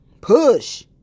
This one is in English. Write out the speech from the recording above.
Push